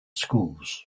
schools